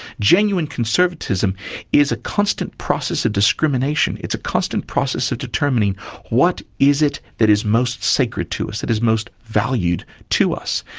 genuine conservatism is a constant process of discrimination. it's a constant process of determining what is it that is most sacred to us, that is most valued to us.